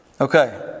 Okay